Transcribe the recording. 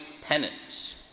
penance